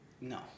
No